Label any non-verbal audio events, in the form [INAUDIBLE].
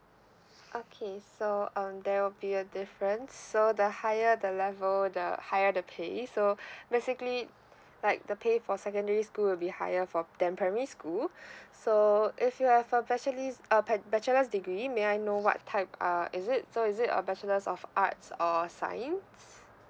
okay so um there will be a difference so the higher the level the higher the pace so [BREATH] basically like the pay for secondary school will be higher for than primary school [BREATH] so if you have a bach~ uh bachelor's degree may I know what type uh is it so is it a bachelor's of arts or science